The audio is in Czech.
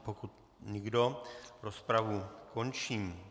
Pokud nikdo, rozpravu končím.